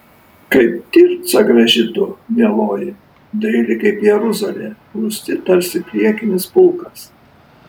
kaip tirca graži tu mieloji daili kaip jeruzalė rūsti tarsi priekinis pulkas